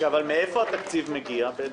מאיפה התקציב מגיע?